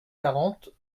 quarante